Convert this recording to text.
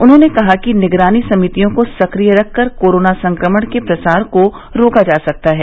उन्होंने कहा कि निगरानी समितियों को सक्रिय रखकर कोरोना संक्रमण के प्रसार को रोका जा सकता है